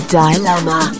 dilemma